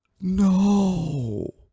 No